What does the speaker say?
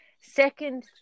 Second